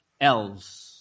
else